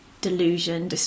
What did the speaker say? delusion